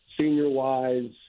Senior-wise